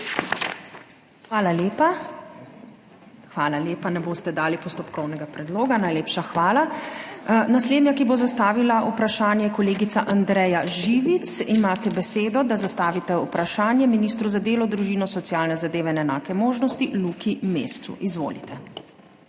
ZUPANČIČ:** Hvala lepa. Ne boste dali postopkovnega predloga? (Ne.) Najlepša hvala. Naslednja, ki bo zastavila vprašanje, kolegica Andreja Živic. Imate besedo, da zastavite vprašanje ministru za delo, družino, socialne zadeve in enake možnosti Luki Mescu, izvolite.